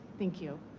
thank you.